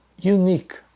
unique